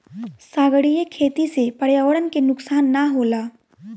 सागरीय खेती से पर्यावरण के नुकसान ना होला